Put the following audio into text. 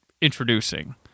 introducing